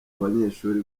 abanyeshuri